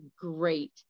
great